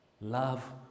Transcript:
Love